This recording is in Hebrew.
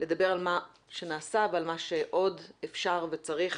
לדבר על מה שנעשה ועל מה שעוד אפשר וצריך